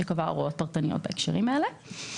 שקבע הוראות פרטניות בהקשרים האלה.